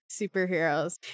superheroes